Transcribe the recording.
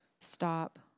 stop